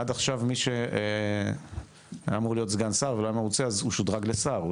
עד עכשיו מי שאמור היה להיות סגן שר ולא היה מרוצה שודרג לשר.